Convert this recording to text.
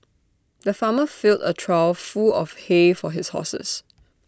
the farmer filled A trough full of hay for his horses